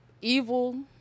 evil